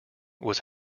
was